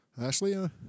Ashley